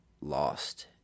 lost